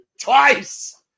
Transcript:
twice